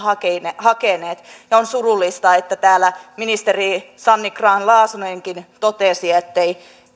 hakeneet ja on surullista että täällä ministeri sanni grahn laasonenkin totesi ettei